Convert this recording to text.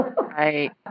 Right